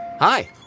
Hi